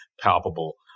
palpable